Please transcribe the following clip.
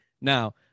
Now